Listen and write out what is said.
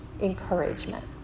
encouragement